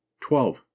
twelve